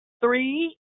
three